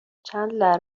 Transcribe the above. چندلر